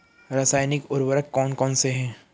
रासायनिक उर्वरक कौन कौनसे हैं?